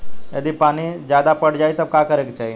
यदि पानी ज्यादा पट जायी तब का करे के चाही?